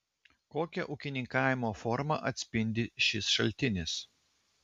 kokią ūkininkavimo formą atspindi šis šaltinis